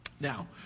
Now